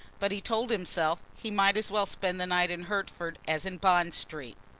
but, he told himself, he might as well spend the night in hertford as in bond street.